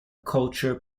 culture